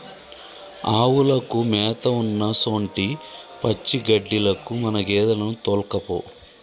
ఆవులకు మేత ఉన్నసొంటి పచ్చిగడ్డిలకు మన గేదెలను తోల్కపో